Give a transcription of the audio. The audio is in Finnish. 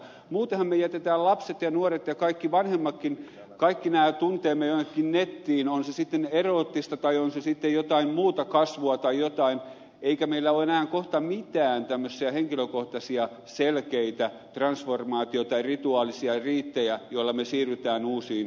muutenhan me jätämme lapset ja nuoret ja kaikki vanhemmatkin kaikki tunteemme jonnekin nettiin on se sitten eroottista tai on se sitten jotain muuta kasvua tai jotain eikä meillä ole enää kohta mitään tämmöisiä selkeitä henkilökohtaisia transformaatio tai rituaalisia riittejä joilla me siirrymme uusiin aikakausiin